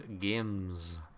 Games